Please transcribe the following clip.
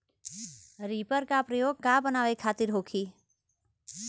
Reaper का प्रयोग का बनावे खातिन होखि?